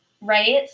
Right